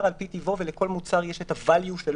על פי טיבו ולכל מוצר יש את ה-value שלו.